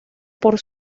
por